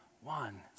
one